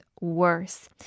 worse